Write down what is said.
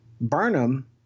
Burnham